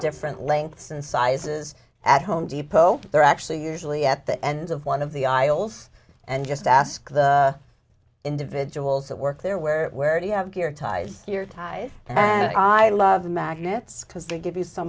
different lengths and sizes at home depot they're actually usually at the end of one of the aisles and just ask the individuals that work there where where do you have gear ties your ties and i love magnets because they give you so